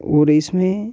और इसमें